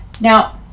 Now